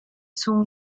son